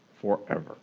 forever